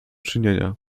czynienia